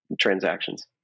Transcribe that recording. transactions